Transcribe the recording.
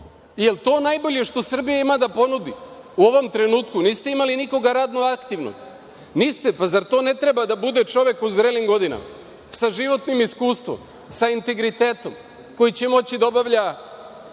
li je to najbolje što Srbija ima da ponudi u ovom trenutku niste imali nikoga radnog aktivnog? Niste? Pa, zar to ne treba da bude čovek u zrelim godinama sa životnim iskustvom, sa integritetom koji će moći da obavlja